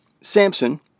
Samson